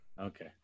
Okay